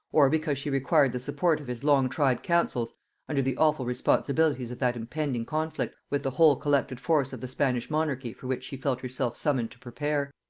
or because she required the support of his long-tried counsels under the awful responsibilities of that impending conflict with the whole collected force of the spanish monarchy for which she felt herself summoned to prepare.